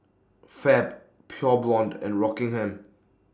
Fab Pure Blonde and Rockingham